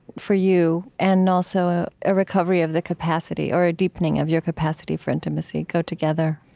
for you and also, ah a recovery of the capacity, or a deepening of your capacity for intimacy go together.